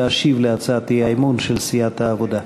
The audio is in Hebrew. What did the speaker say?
להשיב על הצעת האי-אמון של סיעת העבודה.